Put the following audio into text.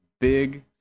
big